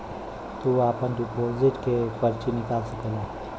तू आपन डिपोसिट के पर्ची निकाल सकेला